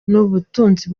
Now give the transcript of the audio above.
n’ubutunzi